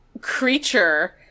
creature